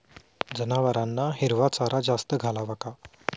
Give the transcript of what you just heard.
जनावरांना हिरवा चारा जास्त घालावा का?